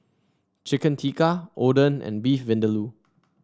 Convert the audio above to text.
Chicken Tikka Oden and Beef Vindaloo